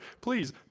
please